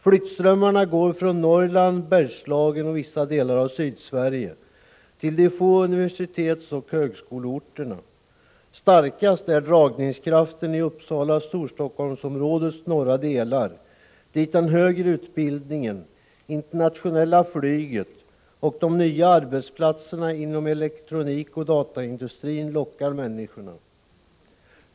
Flyttströmmarna går från Norrland, Bergslagen och vissa delar av Sydsverige till de få universitetsoch högskoleorterna. Starkast är dragningskraften i Uppsala-Storstockholms-områdets norra delar, dit den högre utbildningen, det internationella flyget och de nya arbetsplatserna inom elektronikoch dataindustrin lockar människorna.